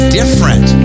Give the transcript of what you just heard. different